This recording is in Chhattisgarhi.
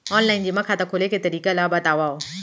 ऑनलाइन जेमा खाता खोले के तरीका ल बतावव?